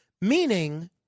meaning